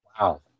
wow